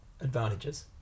Advantages